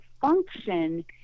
function